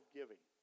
giving